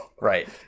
Right